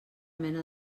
mena